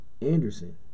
Anderson